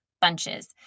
bunches